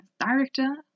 director